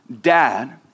Dad